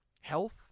Health